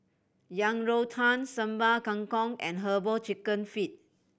Yang Rou Tang Sambal Kangkong and Herbal Chicken Feet